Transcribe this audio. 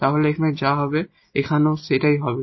তাহলে এখানে যা হবে তা এই হবে